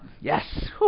Yes